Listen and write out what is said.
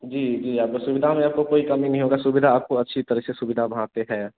जी जी आपको सुविधा में आपको कोई कमी नहीं होगी सुविधा आपको अच्छी तरह से सुविधा वहाँ पर है